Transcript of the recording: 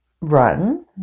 run